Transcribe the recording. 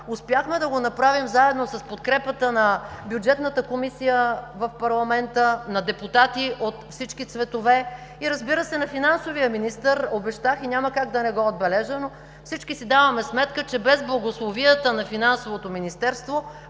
Успяхме да го направим заедно с подкрепата на Бюджетната комисия в парламента, на депутати от всички цветове и, разбира се, на финансовия министър. Обещах и няма как да не го отбележа, но всички си даваме сметка, че без благословията на Финансовото министерство